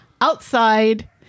outside